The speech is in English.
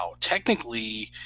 technically